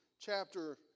chapter